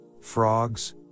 frogs